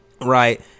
right